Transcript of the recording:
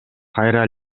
кайра